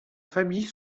familles